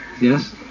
Yes